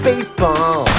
Baseball